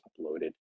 uploaded